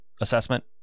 assessment